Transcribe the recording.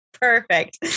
Perfect